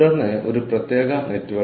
team involvement